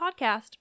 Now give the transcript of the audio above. podcast